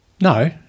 No